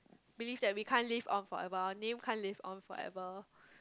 believe that we can't live on forever our name can't live on forever